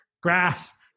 grass